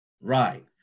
Right